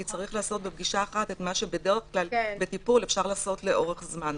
כי צריך לעשות בפגישה אחת את מה שבדרך כלל בטיפול אפשר לעשות לאורך זמן.